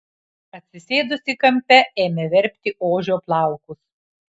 atsisėdusi kampe ėmė verpti ožio plaukus